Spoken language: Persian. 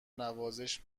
نوازش